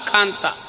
Kanta